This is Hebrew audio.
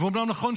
ואומנם נכון,